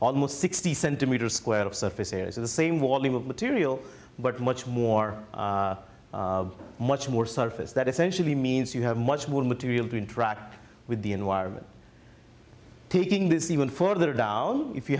almost sixty centimeters squared of surface area so the same volume of material but much more much more surface that essentially means you have much more material to interact with the environment taking this even further down if you